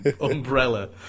umbrella